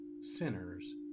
sinners